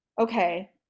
okay